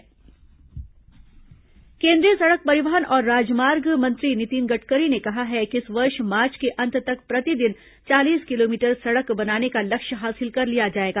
सड़क सुरक्षा माह केन्द्रीय सड़क परिवहन और राजमार्ग मंत्री नितिन गडकरी ने कहा है कि इस वर्ष मार्च के अंत तक प्रतिदिन चालीस किलोमीटर सड़क बनाने का लक्ष्य हासिल कर लिया जाएगा